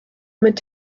mit